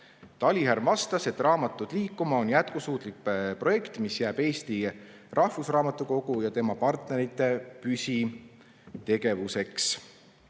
Talihärm vastas, et "Raamatud liikuma" on jätkusuutlik projekt, mis jääb Eesti Rahvusraamatukogu ja tema partnerite püsitegevuseks.